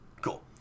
Cool